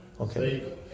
Okay